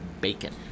BACON